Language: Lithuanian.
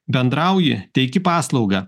bendrauji teiki paslaugą